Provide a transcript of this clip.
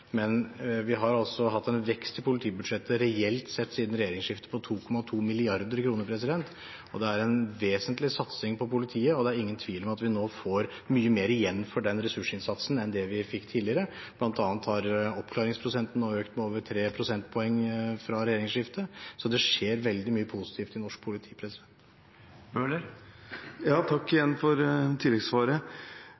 Men siden regjeringsskiftet har vi altså reelt sett hatt en vekst i politibudsjettet på 2,2 mrd. kr. Det er en vesentlig satsing på politiet, og det er ingen tvil om at vi nå får mye mer igjen for den ressursinnsatsen enn det vi fikk tidligere. Blant annet har oppklaringsprosenten nå økt med over 3 prosentpoeng siden regjeringsskiftet, så det skjer veldig mye positivt i norsk politi.